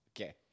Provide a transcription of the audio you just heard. Okay